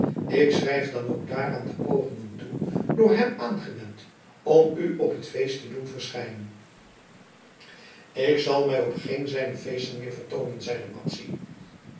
ik schrijf dan ook daaraan de pogingen toe door hem aangewend om u op het feest te doen verschijnen ik zal mij op geen zijner feesten meer vertoonen zeide